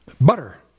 butter